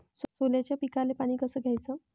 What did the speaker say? सोल्याच्या पिकाले पानी कस द्याचं?